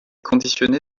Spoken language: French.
conditionné